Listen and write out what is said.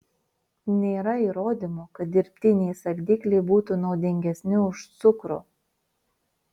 nėra įrodymų kad dirbtiniai saldikliai būtų naudingesni už cukrų